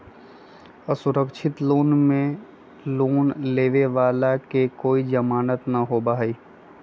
असुरक्षित लोन में लोन लेवे वाला के कोई जमानत न होबा हई